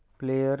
player